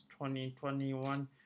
2021